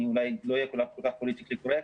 אני אולי לא אהיה כל כך "פוליטקלי קורקט",